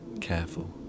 careful